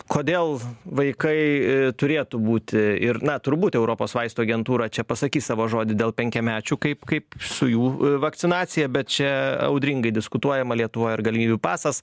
kodėl vaikai turėtų būti ir na turbūt europos vaistų agentūra čia pasakys savo žodį dėl penkiamečių kaip kaip su jų vakcinacija bet čia audringai diskutuojama lietuvoje ar galimybių pasas